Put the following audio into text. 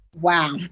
Wow